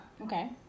okay